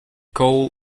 call